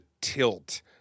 tilt